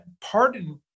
pardon